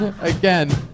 Again